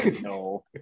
no